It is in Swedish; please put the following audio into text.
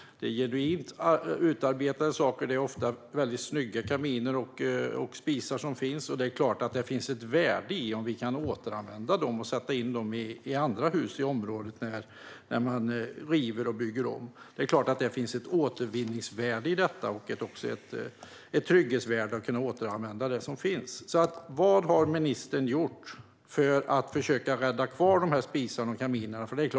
Det handlar om genuint utarbetade saker - det är ofta väldigt snygga kaminer och spisar som finns. Det är klart att det finns ett värde i att vi kan återanvända dem och sätta in dem i andra hus i området när man river och bygger om. Det är klart att det finns ett återvinningsvärde och ett trygghetsvärde i detta. Vad har ministern gjort för att försöka rädda kvar spisar och kaminer?